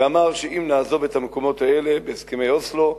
ואמר שאם נעזוב את המקומות האלה בהסכמי אוסלו,